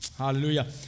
Hallelujah